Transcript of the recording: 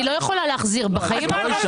אני לא יכולה להחזיר אחורה.